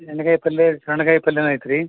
ಎಣ್ಗಾಯಿ ಪಲ್ಯ ಸಣ್ಗಾಯಿ ಪಲ್ಯನೂ ಐತೆ ರೀ